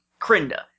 Krinda